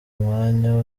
umwanya